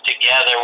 together